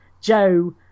Joe